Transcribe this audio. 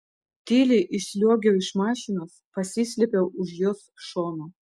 tyliai išsliuogiau iš mašinos pasislėpiau už jos šono